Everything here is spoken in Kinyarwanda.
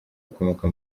bakomoka